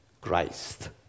Christ